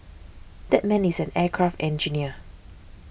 that man is an aircraft engineer